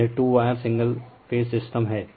तो यह two wire single phase system है